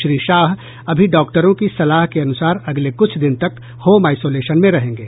श्री शाह अभी डॉक्टरों की सलाह के अनुसार अगले कुछ दिन तक होम आइसोलेशन में रहेंगे